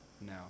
No